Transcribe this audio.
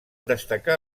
destacar